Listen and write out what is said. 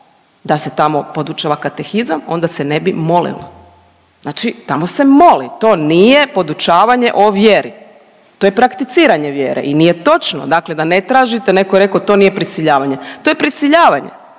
Da se tamo podučava katehizam onda se ne bi molilo, znači tamo se moli. To nije podučavanje o vjeri, to je prakticiranje vjere i nije točno, dakle da ne tražite. Netko je rekao to nije prisiljavanje, to je prisiljavanje.